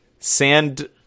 Sand